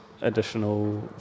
additional